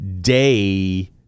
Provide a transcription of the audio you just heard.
day